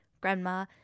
grandma